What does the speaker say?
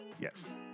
Yes